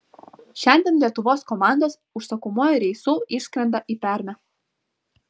šiandien lietuvos komandos užsakomuoju reisu išskrenda į permę